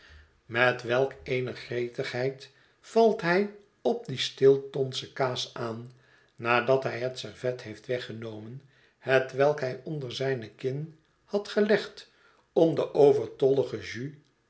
met welk eene gretigheid valt hij op die stiltonsche kaas aan nadat hij het servet heeft weggenomen hetwelk hij onder zijne kin had gelegd om de overtollige jus